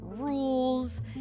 rules